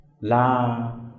La